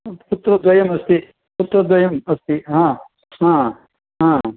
पुत्रद्वयमस्ति पुत्रद्वयम् अस्ति हा हा हा